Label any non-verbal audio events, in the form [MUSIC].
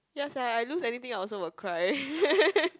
ya sia I lose anything I also will cry [LAUGHS]